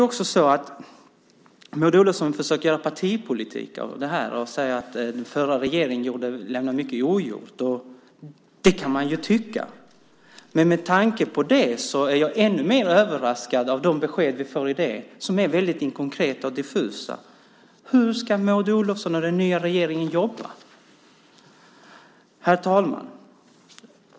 Maud Olofsson försöker göra partipolitik av det här och säger att den förra regeringen lämnade mycket ogjort. Det kan man ju tycka, men med tanke på det är jag ännu mer överraskad av de besked vi får som är väldigt okonkreta och diffusa. Hur ska Maud Olofsson och den nya regeringen jobba? Herr talman!